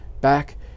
back